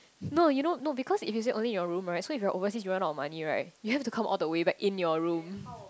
no you know no because if you say only in your room right so if you're overseas you run out of money right you have to come all the way back in your room